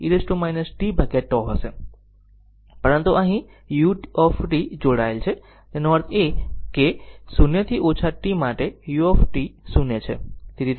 તેથી તે vt Vs e t tτ હશે પરંતુ અહીં u જોડાયેલ છે તેનો અર્થ એ કે 0 થી ઓછા t માટે u 0 છે